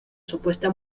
supuesta